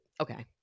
okay